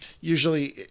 usually